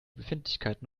befindlichkeiten